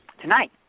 tonight